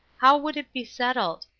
how would it be settled?